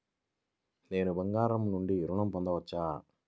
నేను బంగారం నుండి ఋణం పొందవచ్చా?